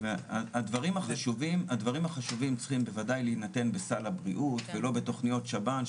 הדברים החשובים צריכים בוודאי להינתן בסל ה בריאות ולא בתכניות שב"ן,